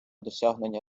досягнення